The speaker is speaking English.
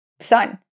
son